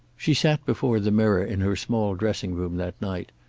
she sat before the mirror in her small dressing-room that night,